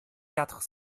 quatre